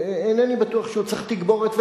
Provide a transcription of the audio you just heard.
אינני בטוח שהוא צריך תגבורת.